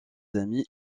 amis